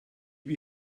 wir